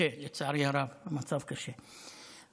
לצערי הרב המצב קשה.